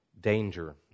danger